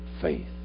faith